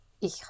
Ich